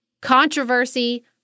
controversy